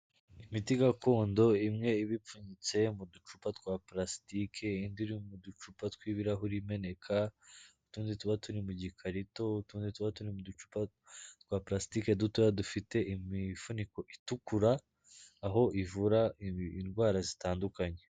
Imiti gakondo imwe iba ipfunyitse mu ducupa twa parasitike indi iri mu ducupa tw'ibirahuri imeneka, utundi tuba turi mu gikarito utundi tuba turi mu ducupa twa parasitiki dutoya dufite imifuniko itukura aho ivura indwara zitandukanye.